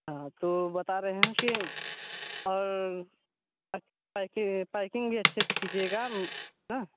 हाँ तो बता रहे हैं कि और पैकि पैकिंग भी अच्छे से कीजिएगा ना